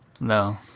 No